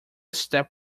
step